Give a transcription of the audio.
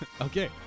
Okay